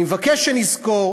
אני מבקש שנזכור